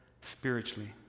spiritually